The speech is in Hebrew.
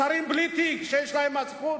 משרים בלי תיק שיש להם מצפון,